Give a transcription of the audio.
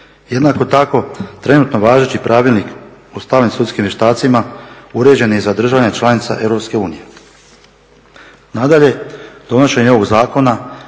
Jednako tako, trenutno važeći Pravilnik o stalnim sudskim vještacima uređen je za državljane članice EU. Nadalje, donošenje ovog zakona